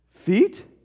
feet